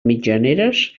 mitjaneres